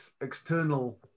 external